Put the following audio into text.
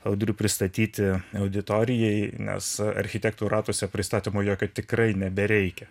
audriu pristatyti auditorijai nes architektų ratuose pristatymo jokio tikrai nebereikia